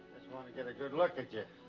want to get a good look at you.